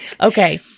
Okay